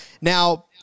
Now